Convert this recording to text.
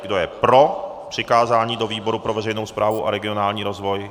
Kdo je pro přikázání do výboru pro veřejnou správu a regionální rozvoj?